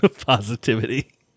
Positivity